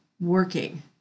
working